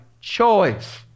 choice